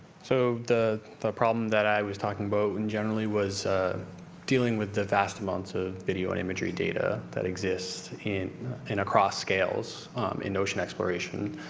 so the the problem that i was talking about in generally was dealing with the vast amounts of video and imagery data that exist in in across scales in ocean exploration.